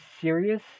serious